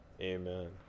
Amen